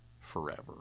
forever